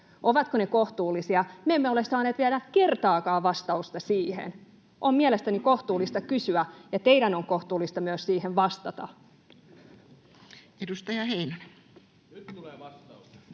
ovatko ne kohtuullisia, me emme ole saaneet vielä kertaakaan vastausta siihen. On mielestäni kohtuullista kysyä, ja teidän on kohtuullista siihen myös vastata. Edustaja Heinonen. Arvoisa